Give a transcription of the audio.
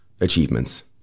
achievements